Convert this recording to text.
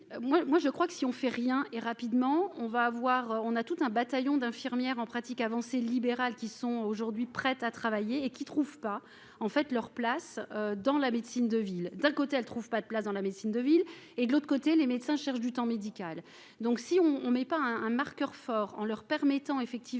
moi je crois que si on fait rien et, rapidement, on va avoir, on a tout un bataillon d'infirmières en pratique avancée libéral qui sont aujourd'hui prêtes à travailler et qui trouvent pas en fait leur place dans la médecine de ville, d'un côté elle trouve pas de place dans la médecine de ville et de l'autre côté les médecins cherchent du temps médical, donc si on on met pas un marqueur fort en leur permettant effectivement